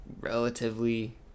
relatively